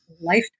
Lifetime